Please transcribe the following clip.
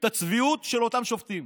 את הצביעות של אותם שופטים.